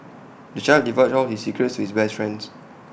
the child divulged all his secrets to his best friends